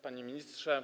Panie Ministrze!